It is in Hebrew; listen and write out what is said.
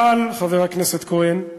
אבל, חבר הכנסת כהן,